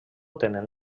tenen